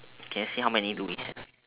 can you see how many do we have